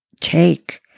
take